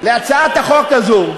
להצעת החוק הזאת.